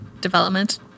development